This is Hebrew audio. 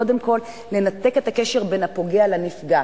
קודם כול, לנתק את הקשר בין הפוגע לנפגע.